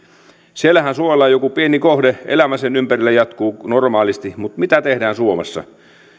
siellähän suojellaan joku pieni kohde elämä sen ympärillä jatkuu normaalisti mutta mitä tehdään suomessa